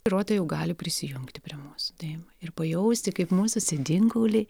ruotojai jau gali prisijungti prie mūsų taip ir pajausti kaip mūsų sėdinkauliai